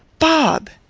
bob!